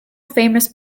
famous